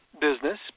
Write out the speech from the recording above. business